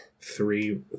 three